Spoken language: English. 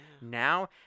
Now